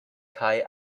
kaj